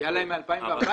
היה להם זמן מ-2014.